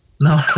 no